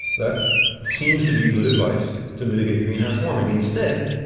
that seems to be good advice to mitigate greenhouse warming. instead,